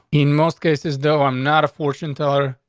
in most cases, though, i'm not a fortune teller.